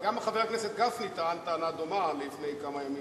גם חבר הכנסת גפני טען טענה דומה לפני כמה ימים.